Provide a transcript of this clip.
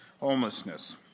homelessness